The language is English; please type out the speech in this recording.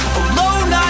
alone